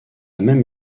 même